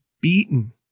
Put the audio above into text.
beaten